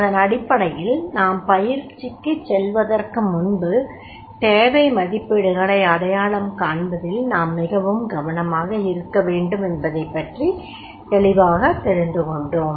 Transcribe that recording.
அதன் அடிப்படையில் நாம் பயிற்சிக்குச் செல்வதற்கு முன்பு தேவை மதிப்பீடுகளை அடையாளம் காண்பதில் நாம் மிகவும் கவனமாக இருக்க வேண்டும் என்பதைப் பற்றி தெளிவாகத் தெரிந்துகொண்டோம்